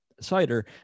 cider